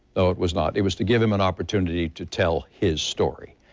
so it was not. it was to give him an opportunity to tell his story.